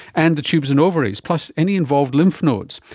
and the tubes and ovaries, plus any involved lymph nodes,